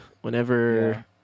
whenever